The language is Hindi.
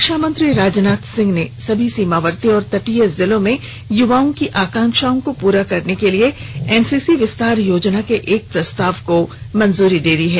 रक्षामंत्री राजनाथ सिंह ने सभी सीमावर्ती और तटीय जिलों में युवाओं की आकांक्षाओं को पूरा करने के लिए एनसीसी विस्तार योजना के एक प्रस्ताव को मंजूरी दे दी है